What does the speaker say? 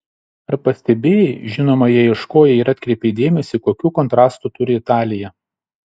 ar pastebėjai žinoma jei ieškojai ir atkreipei dėmesį kokių kontrastų turi italija